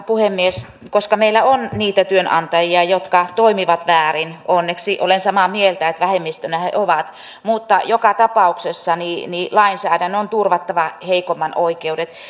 puhemies koska meillä on niitä työnantajia jotka toimivat väärin onneksi olen samaa mieltä vähemmistönä he ovat joka tapauksessa lainsäädännön on turvattava heikomman oikeudet